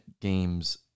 games